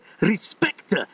respect